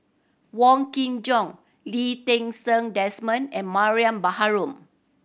Wong Kin Jong Lee Ti Seng Desmond and Mariam Baharom